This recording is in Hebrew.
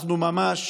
אנחנו ממש